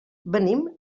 venim